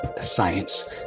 science